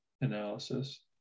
analysis